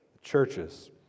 churches